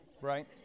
right